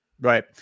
Right